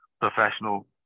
professional